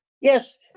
Yes